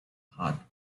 hard